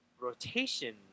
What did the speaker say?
rotation